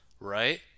right